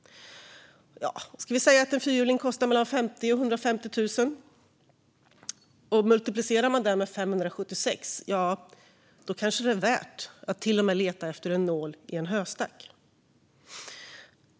Ska vi säga att en fyrhjuling kostar 50 000-150 000 kronor? Multiplicerar man det med 576 då kanske det är värt att till och med leta efter en nål i en höstack.